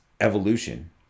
evolution